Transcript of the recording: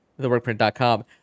theWorkPrint.com